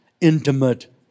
intimate